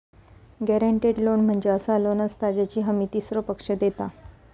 guaranteed loan म्हणजे असा loan असता ज्याची हमी तीसरो पक्ष देता